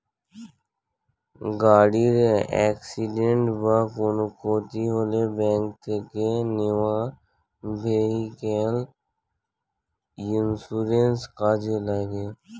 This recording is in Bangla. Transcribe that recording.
গাড়ির অ্যাকসিডেন্ট বা কোনো ক্ষতি হলে ব্যাংক থেকে নেওয়া ভেহিক্যাল ইন্সুরেন্স কাজে লাগে